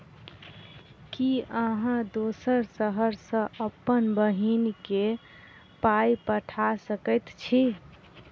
की अहाँ दोसर शहर सँ अप्पन बहिन केँ पाई पठा सकैत छी?